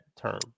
term